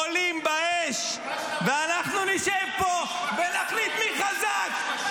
עולים באש ------- ואנחנו נשב פה ונחליט מי חזק.